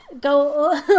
go